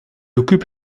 occupe